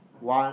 one